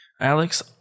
Alex